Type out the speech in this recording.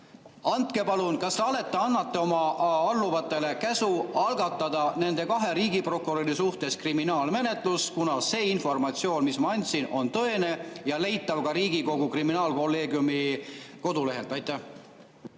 kuriteoteatena. Kas te annate oma alluvatele käsu algatada nende kahe riigiprokuröri suhtes kriminaalmenetlus, kuna see informatsioon, mis ma andsin, on tõene ja leitav ka [Riigikohtu] kriminaalkolleegiumi kodulehelt? Aitäh,